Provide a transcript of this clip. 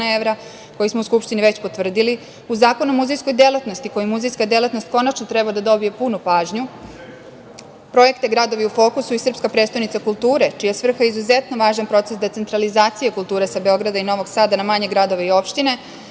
koji smo Skupštini već potvrdili, u Zakonu o muzejskoj delatnosti kojim muzejska delatnost konačno treba da dobije punu pažnju, projekte „Gradovi u fokusu“ i „Srpska prestonica kulture“ čija je svrha izuzetno važan proces decentralizacije kulture sa Beograda i Novog Sada na manje gradove i opštine,